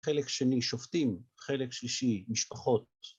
חלק שני שופטים, חלק שלישי משפחות.